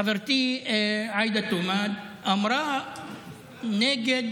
חברתי עאידה תומא דיברה נגד